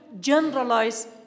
generalize